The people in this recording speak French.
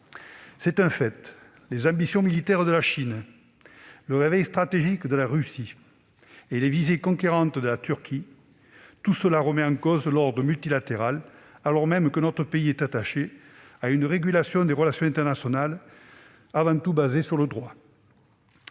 C'est un fait, les ambitions militaires de la Chine, le réveil stratégique de la Russie et les visées conquérantes de la Turquie remettent en cause l'ordre multilatéral, alors même que notre pays est attaché à une régulation des relations internationales avant tout fondée sur le droit.